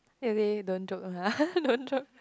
they they'll say don't joke uh don't joke